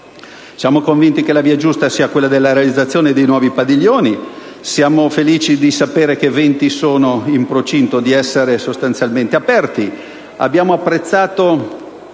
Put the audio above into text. Siamo convinti che la via giusta sia quella della realizzazione dei nuovi padiglioni, siamo felici di sapere che 20 sono in procinto di essere sostanzialmente aperti. Abbiamo apprezzato